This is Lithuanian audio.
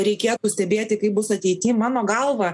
reikėtų stebėti kaip bus ateity mano galva